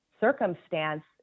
circumstance